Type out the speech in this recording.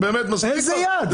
איזה יד?